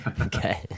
Okay